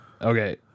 Okay